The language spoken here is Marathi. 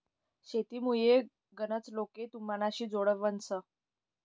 शेतीमुये गनच लोके तुमनाशी जोडावतंस